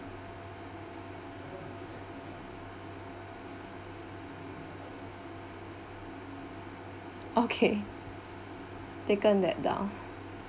okay taken that down